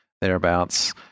thereabouts